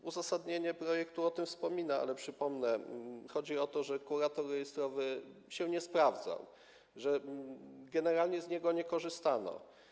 W uzasadnieniu projektu się o tym wspomina, ale przypomnę: chodzi o to, że kurator rejestrowy się nie sprawdzał, generalnie z niego nie korzystano.